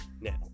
Now